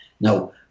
Now